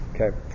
Okay